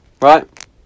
right